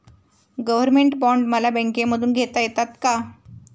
Government bond मला बँकेमधून घेता येतात का?